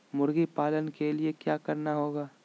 मुर्गी पालन के लिए क्या करना होगा?